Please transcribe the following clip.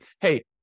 hey